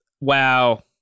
Wow